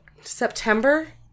September